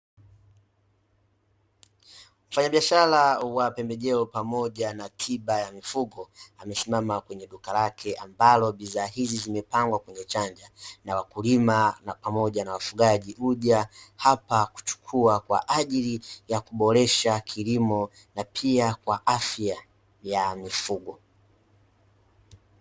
Mfanyabiashara wa pembejeo pamoja na tiba ya mifugo, amesimama kwenye duka lake ambalo bidhaa hizi zimepangwa kwenye chanja na wakulima pamoja na wafugaji huja hapa kuchukua kwa ajili ya kuboresha kilimo na pia kwa afya ya mifugo.